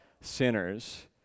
sinners